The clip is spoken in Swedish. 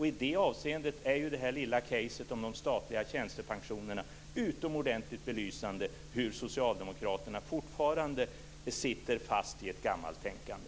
I det avseendet är ju det lilla ärendet om de statliga tjänstepensionerna utomordentligt belysande för hur Socialdemokraterna fortfarande sitter fast i ett gammalt tänkande.